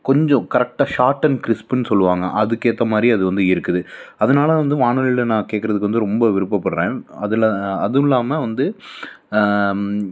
கொஞ்சம் கரெக்டாக short and கிரிஸ்ப்புனு சொல்லுவாங்க அதுக்கேற்ற மாதிரி அது வந்து இருக்குது அதனால வந்து வானொலியில் நான் கேட்குறதுக்கு வந்து ரொம்ப விருப்பப்படுறேன் அதில் அதுவும் இல்லாமல் வந்து